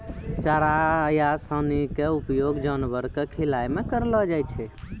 चारा या सानी के उपयोग जानवरों कॅ खिलाय मॅ करलो जाय छै